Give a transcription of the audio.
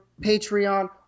Patreon